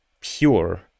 pure